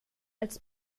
als